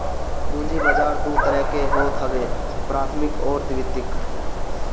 पूंजी बाजार दू तरह के होत हवे प्राथमिक अउरी द्वितीयक